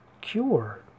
cure